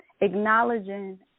Acknowledging